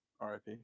RIP